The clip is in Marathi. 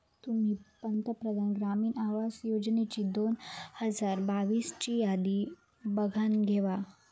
तुम्ही पंतप्रधान ग्रामीण आवास योजनेची दोन हजार बावीस ची यादी बघानं घेवा